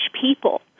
people